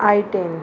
I ten